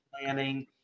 planning